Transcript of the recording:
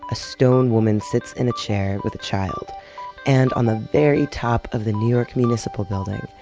a stone woman sits in a chair with a child and on the very top of the new york municipal building,